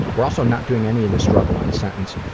we're also not doing any of the struggle in a sentence.